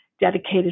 dedicated